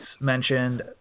mentioned